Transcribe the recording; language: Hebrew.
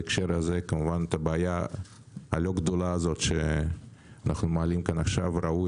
את הבעיה הלא גדולה הזאת שאנו מעלים פה עכשיו ראוי